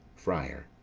friar.